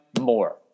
more